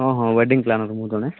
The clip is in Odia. ହଁ ହଁ ୱେଡ଼ିଙ୍ଗ୍ ପ୍ଳାନର୍ ମୁଁ ଜଣେ